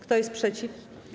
Kto jest przeciw?